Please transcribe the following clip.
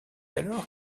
alors